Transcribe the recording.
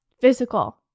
physical